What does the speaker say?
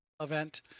event